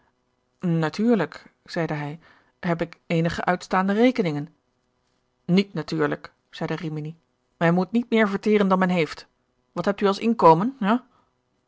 natuurlijk zeide hij heb ik eenige uitstaande rekeningen niet natuurlijk zeide rimini men moet niet meer gerard keller het testament van mevrouw de tonnette verteren dan men heeft wat hebt u als inkomen